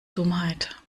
dummheit